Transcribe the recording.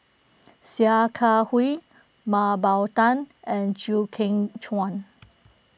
Sia Kah Hui Mah Bow Tan and Chew Kheng Chuan